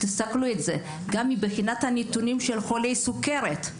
תסתכלו על זה גם מבחינת הנתונים של חולי סוכרת,